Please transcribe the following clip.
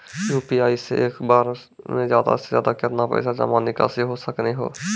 UPI से एक बार मे ज्यादा से ज्यादा केतना पैसा जमा निकासी हो सकनी हो?